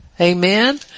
Amen